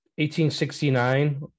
1869